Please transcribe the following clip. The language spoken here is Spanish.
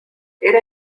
era